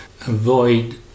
avoid